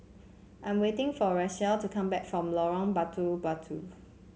I'm waiting for Rachelle to come back from Lorong Batu Batu